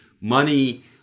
money